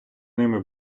ними